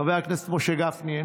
חבר הכנסת משה גפני,